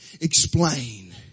explain